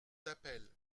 d’appel